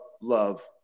love